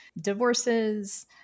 divorces